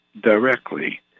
directly